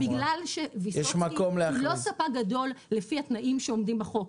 בגלל שויסוצקי היא לא ספק גדול לפי התנאים שעומדים בחוק,